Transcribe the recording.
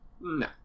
No